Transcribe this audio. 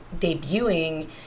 debuting